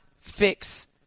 fix